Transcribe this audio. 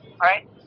Right